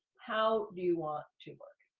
how do you want to work?